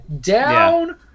down